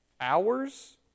hours